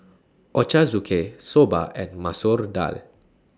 Ochazuke Soba and Masoor Dal